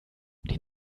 die